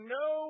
no